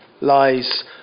lies